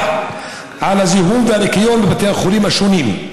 על הזיהום ועל הניקיון בבתי החולים השונים,